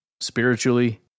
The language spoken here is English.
spiritually